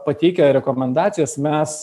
pateikę rekomendacijas mes